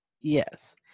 yes